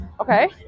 okay